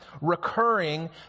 recurring